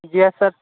جی yes سر